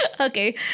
Okay